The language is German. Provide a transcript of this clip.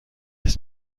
das